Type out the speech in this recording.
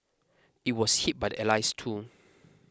it was hit by the Allies too